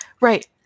Right